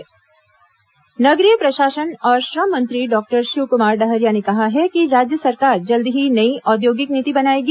डहरिया कार्यशाला नगरीय प्रशासन और श्रम मंत्री डॉक्टर शिवकुमार डहरिया ने कहा है कि राज्य सरकार जल्द ही नई औद्योगिक नीति बनाएगी